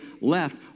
left